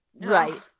right